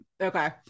okay